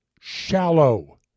shallow